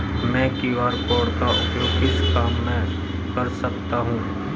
मैं QR code का उपयोग किस काम में कर सकता हूं?